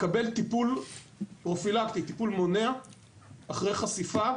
מקבל טיפול מונע אחרי חשיפה,